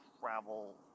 travel